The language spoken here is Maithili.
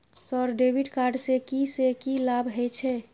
सर डेबिट कार्ड से की से की लाभ हे छे?